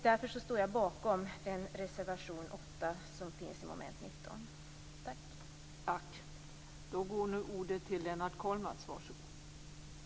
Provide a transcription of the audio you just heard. Därför står jag bakom reservation 8 under mom. 19. Tack!